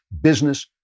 business